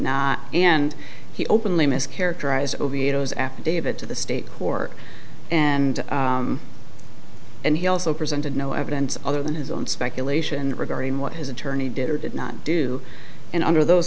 not and he openly mischaracterized oviedo as affidavit to the state court and and he also presented no evidence other than his own speculation regarding what his attorney did or did not do and under those